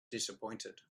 disappointed